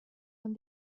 and